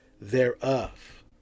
thereof